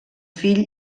fill